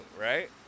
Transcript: right